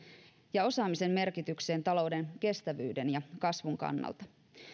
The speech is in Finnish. ja osaamisen merkitykseen talouden kestävyyden ja kasvun kannalta